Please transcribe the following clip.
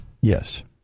Yes